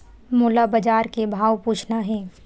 मोला बजार के भाव पूछना हे?